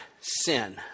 sin